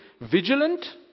vigilant